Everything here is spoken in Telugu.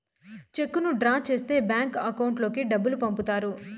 చెక్కును డ్రా చేస్తే బ్యాంక్ అకౌంట్ లోకి డబ్బులు పంపుతారు